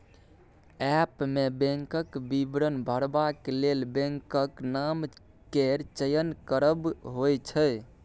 app मे बैंकक विवरण भरबाक लेल बैंकक नाम केर चयन करब होइ छै